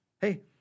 Hey